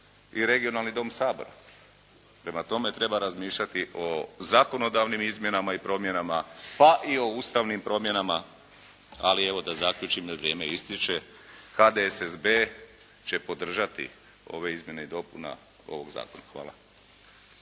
i regionalni dom Sabora. Prema tome, treba razmišljati o zakonodavnim izmjenama i promjenama, pa i o ustavnim promjenama, ali evo da zaključim, vrijeme ističe. HDSSB će podržati ove izmjene i dopune ovoga zakona. Hvala.